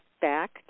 back